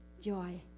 joy